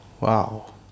Wow